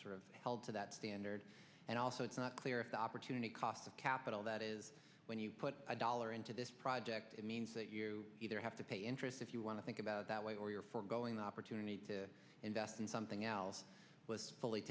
sort of held to that standard and also it's not clear if the opportunity cost of capital that is when you put a dollar into this project it means that you either have to pay interest if you want to think about that way or you're foregoing opportunity to invest in something else was fully